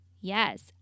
Yes